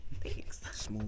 Thanks